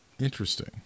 Interesting